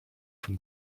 from